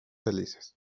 felices